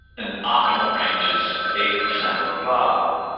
an optimal range is eight percent or above,